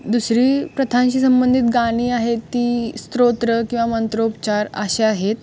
दुसरी प्रथांशी संबंधित गाणी आहे ती स्तोत्र किंवा मंत्रोच्चार असे आहेत